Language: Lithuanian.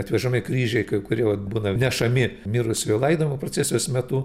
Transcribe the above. atvežami kryžiai kai kurie vat būna nešami mirusiųjų laidojimo procesijos metu